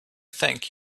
thank